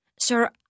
Sir—